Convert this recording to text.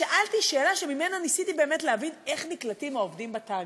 שאלתי שאלה שממנה ניסיתי באמת להבין איך נקלטים העובדים בתאגיד.